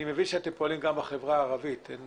אני מבין שכמובן אתם פועלים גם בחברה הערבית ואין